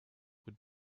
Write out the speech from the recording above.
would